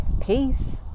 peace